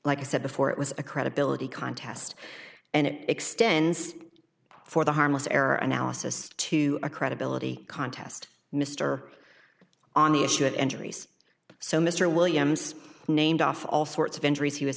like i said before it was a credibility contest and it extends for the harmless error analysis to a credibility contest mr on the issue of entries so mr williams named off all sorts